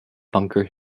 bunker